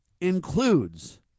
includes